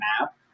map